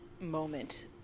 moment